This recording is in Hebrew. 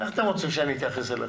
איך אתם רוצים שאני אתייחס אליכם?